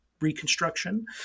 reconstruction